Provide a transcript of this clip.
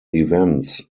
events